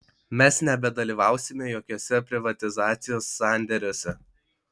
mes nebedalyvausime jokiuose privatizacijos sandėriuose